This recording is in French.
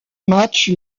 matchs